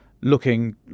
looking